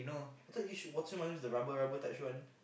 I thought you should use the rubber rubber type shoe one